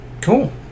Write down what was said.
Cool